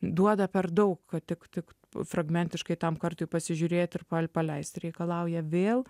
duoda per daug kad tik tik fragmentiškai tam kartui pasižiūrėti ir pa paleisti reikalauja vėl